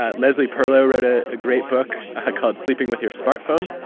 ah leslie perlow wrote a ah great book called sleeping with your smartphone,